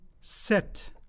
set